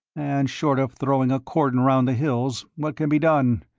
and short of throwing a cordon round the hills what can be done?